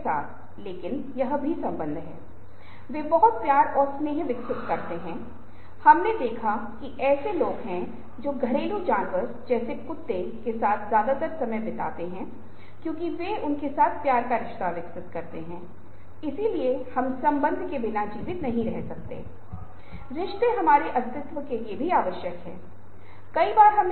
हालांकि इससे पहले कि हम दृश्यों में जाएं और जिस तरह से दृश्य हमारे लिए समझ में आते हैं जो कि अगले सत्र में क्या होगा हम दृश्य संस्कृति के बारे में एक बुनियादी समझ प्राप्त करते हैं क्योंकि जैसा कि मैंने आपको पहले बताया था दृश्य संस्कृति कुछ ऐसी है जो 20 वीं सदी के 20 वें भाग के अंतिम भाग पर हावी है और अभी हम दृश्य और मल्टीमीडिया संस्कृति के बीच में हैं